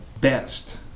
best